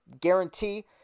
guarantee